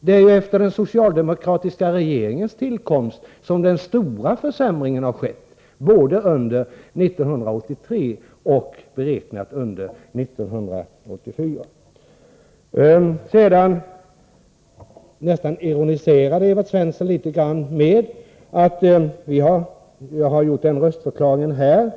Det är ju efter den socialdemokratiska regeringens tillkomst som den stora försämringen har skett, både under 1983 och, beräknat, under 1984. Evert Svensson nästan ironiserade över att vi har gjort en röstförklaring.